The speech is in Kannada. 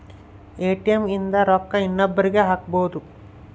ಎ.ಟಿ.ಎಮ್ ಇಂದ ರೊಕ್ಕ ಇನ್ನೊಬ್ರೀಗೆ ಹಕ್ಬೊದು